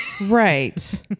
right